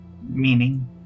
meaning